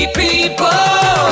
people